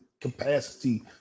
capacity